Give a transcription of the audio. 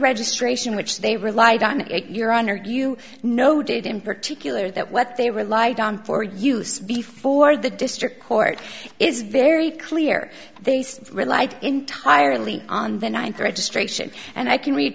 registration which they relied on your honor you know did in particular that what they relied on for use before the district court is very clear they say relied entirely on the ninth registration and i can read